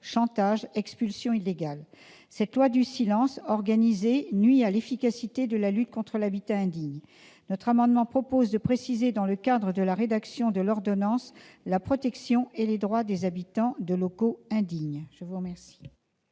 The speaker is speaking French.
chantage, expulsion illégale ... Cette loi du silence organisé nuit à l'efficacité de la lutte contre l'habitat indigne. Cet amendement vise à préciser, dans le cadre de la rédaction de l'ordonnance, la protection et les droits des habitants de locaux indignes. Quel